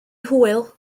hwyl